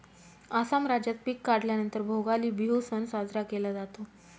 आसाम राज्यात पिक काढल्या नंतर भोगाली बिहू सण साजरा केला जातो